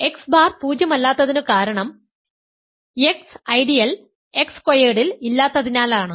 x bar പൂജ്യമല്ലാത്തതിനു കാരണം x ideal x സ്ക്വയർഡിൽ ഇല്ലാത്തതിനാലാണ്